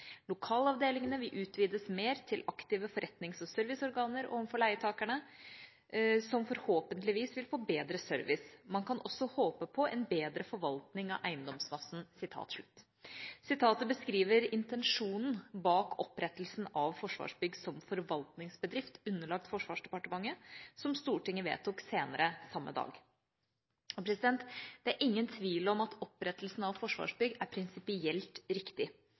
Lokalavdelingene vil utvides mer til aktive forretnings- og serviceorganer overfor leietakere, som forhåpentligvis vil få bedre service. Man kan også håpe på en bedre forvaltning av eiendomsmassen.» Sitatet beskriver intensjonen bak opprettelsen av Forsvarsbygg som forvaltningsbedrift underlagt Forsvarsdepartementet, som Stortinget vedtok senere samme dag. Det er ingen tvil om at opprettelsen av Forsvarsbygg er prinsipielt riktig,